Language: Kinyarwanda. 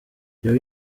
your